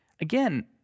Again